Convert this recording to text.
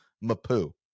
Mapu